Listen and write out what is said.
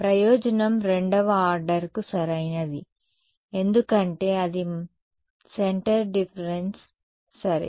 ప్రయోజనం రెండవ ఆర్డర్కు సరైనది ఎందుకంటే అది సెంటర్ డిఫరెన్స్ సరే